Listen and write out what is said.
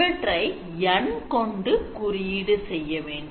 இவற்றை n கொண்டு குறியீடு செய்ய வேண்டும்